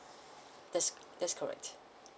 that's that's correct